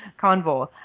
convoy